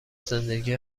زندگی